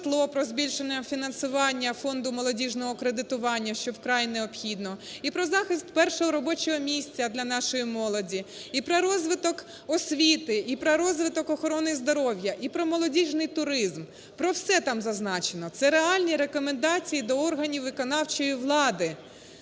про збільшення фінансування фонду молодіжного кредитування, що вкрай необхідно, і про захист першого робочого місця для нашої молоді, і про розвиток освіти, і про розвиток охорони здоров'я, і про молодіжний туризм, про все там зазначено, це реальні рекомендації до органів виконавчої влади.